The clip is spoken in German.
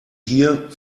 hier